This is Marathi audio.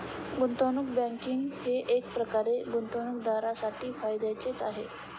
गुंतवणूक बँकिंग हे एकप्रकारे गुंतवणूकदारांसाठी फायद्याचेच आहे